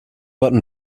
button